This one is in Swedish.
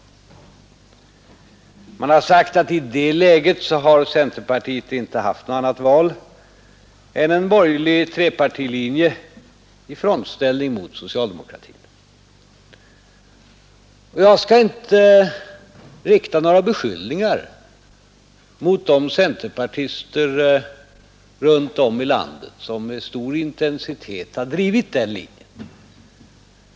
Man har sagt att i det läget har centerpartiet inte haft något annat val än en borgerlig trepartilinje i frontställning mot socialdemokratin. Jag skall inte rikta några beskyllningar mot de centerpartister runt om i landet som med stor intensitet har drivit den linjen.